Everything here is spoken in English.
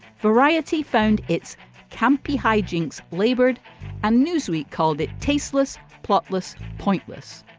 variety found its campy high jinks laboured and newsweek called it tasteless plot was pointless.